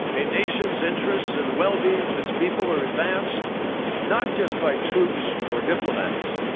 a nation's interests and the well-being of its people are advanced not just by troops or diplomats,